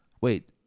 wait